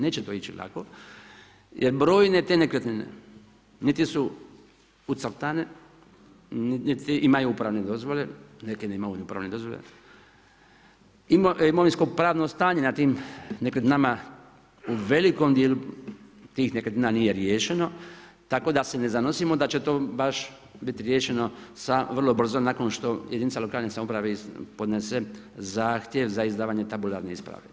Neće to ići lako jer brojne te nekretnine niti su ucrtane niti imaju upravne dozvole, neke nemaju ni uprave dozvole, imovinsko-pravno stanje nad tim nekretninama u velikom djelu tih nekretnina nije riješeno tako da se ne zanosimo da će to baš biti riješeno vrlo brzo nakon što jedinica lokalne samouprave podnese zahtjev za izdavanje tabularne isprave.